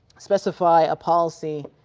specify a policy